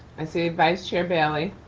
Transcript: i see vice chair bailey.